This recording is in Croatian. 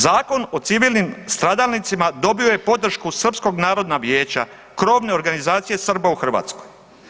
Zakon o civilnim stradalnicima dobio je podršku Srpskog narodna vijeća, krovne organizacije Srba u Hrvatskoj.